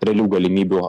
realių galimybių